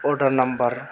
order number